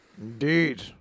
Indeed